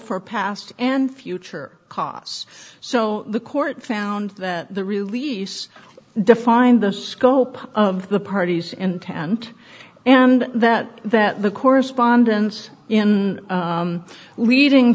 for past and future costs so the court found that the release defined the scope of the parties intent and that that the correspondence in leading